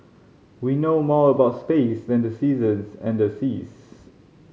we know more about space than the seasons and the seas